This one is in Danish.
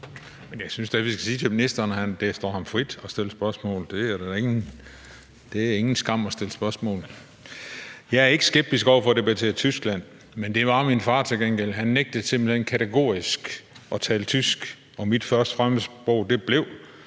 Jeg synes da, vi skal sige til ministeren, at det står ham frit at stille spørgsmål. Det er ingen skam at stille spørgsmål. Jeg er ikke skeptisk over for at debattere Tyskland, men det var min far til gengæld. Han nægtede simpelt hen kategorisk at tale tysk, og mit første fremmedsprog blev –